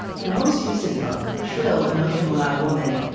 her most recent book, shrill notes from a loud woman,